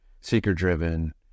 seeker-driven